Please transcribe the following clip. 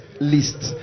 list